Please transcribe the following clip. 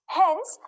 hence